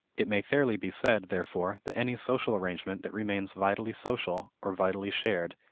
it may fairly be said, therefore, that any social arrangement that remains vitally social, or vitally shared,